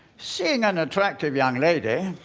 seeing an attractive young lady.